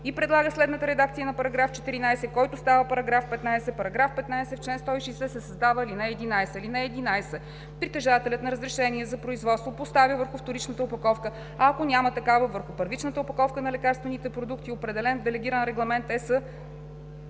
и предлага следната редакция на § 14, който става § 15: „§ 15. В чл. 160 се създава ал. 11: „(11) Притежателят на разрешение за производство поставя върху вторичната опаковка, а ако няма такава – върху първичната опаковка на лекарствените продукти, определени в Делегиран регламент (ЕС)